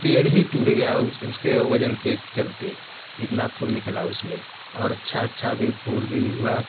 पेड़ ही टूट गया उसके वज़न के चलते इतना फूल निकला उसमें और अच्छा अच्छा भी फूल भी हुआ